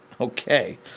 Okay